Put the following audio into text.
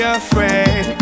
afraid